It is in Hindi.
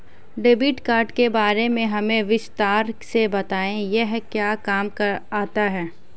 डेबिट कार्ड के बारे में हमें विस्तार से बताएं यह क्या काम आता है?